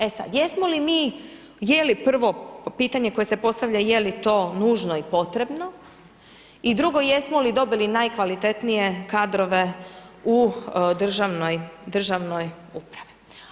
E sad, jesmo li mi, je li prvo pitanje koje se postavlja je li to nužno i potrebno i drugo, jesmo li dobili najkvalitetnije kadrove u državnoj upravi.